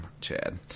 Chad